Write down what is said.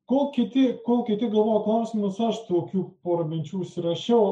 ko kiti kol kiti galvoja klausimus aš tokių pora minčių užsirašiau